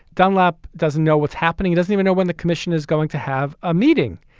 dunlap doesn't know what's happening, doesn't even know when the commission is going to have a meeting.